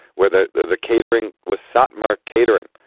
whether the catering was satmar catering,